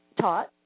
taught